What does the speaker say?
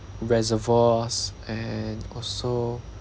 reservoirs and also